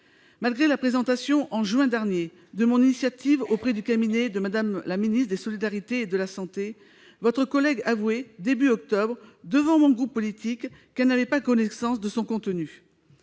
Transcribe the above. Malgré la présentation en juin dernier de mon initiative auprès du cabinet de Mme la ministre des solidarités et de la santé, votre collègue avouait, au début du mois d'octobre, devant mon groupe politique, qu'elle n'avait pas connaissance de son contenu.